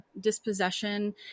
dispossession